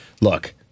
Look